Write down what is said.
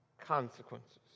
consequences